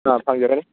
ꯑꯥ ꯐꯪꯖꯒꯅꯤ